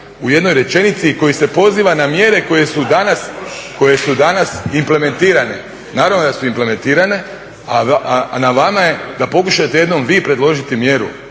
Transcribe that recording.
u jednoj rečenici koji se poziva na mjere koje su danas implementirane. Naravno da su implementirane, a na vama je da pokušate jednom vi predložiti mjeru